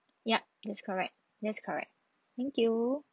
yup that's correct that's correct thank you